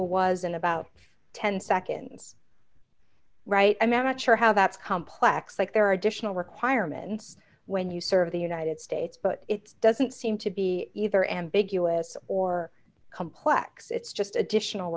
was in about ten seconds right i'm not sure how that's complex like there are additional requirements when you serve the united states but it doesn't seem to be either ambiguous or complex it's just additional